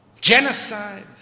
genocide